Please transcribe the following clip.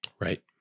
Right